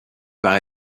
par